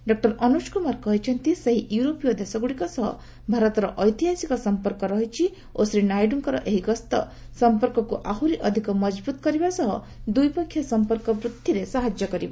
doctor Anuk Kumar କହିଛନ୍ତି ସେହି ୟୁରୋପୀୟ ଦେଶଗୁଡ଼ିକ ସହ ଭାରତର ଐତିହାସିକ ସମ୍ପର୍କ ରହିଛି ଓ ଶ୍ରୀ ନାଇଡ଼ୁଙ୍କର ଏହି ଗସ୍ତ ସମ୍ପର୍କକୁ ଆହୁରି ଅଧିକ ମଜବୁତ୍ କରିବା ସହ ଦ୍ୱିପକ୍ଷୀୟ ସମ୍ପର୍କ ବୃଦ୍ଧିରେ ସାହାଯ୍ୟ କରିବ